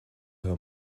her